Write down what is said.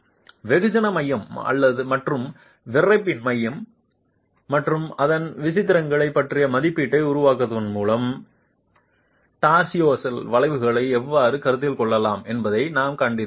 வெகுஜன மையம் மற்றும் விறைப்பின் மையம் மற்றும் அதன் விசித்திரங்கள் பற்றிய மதிப்பீட்டை உருவாக்குவதன் மூலம் டார்சியோனல் விளைவுகளை எவ்வாறு கருத்தில் கொள்ளலாம் என்பதை நாம் கண்டிருக்கிறோம்